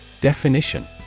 Definition